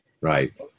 Right